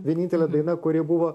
vienintelė daina kuri buvo